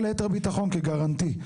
אבל ליתר ביטחון, כ- guarantee.